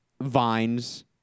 vines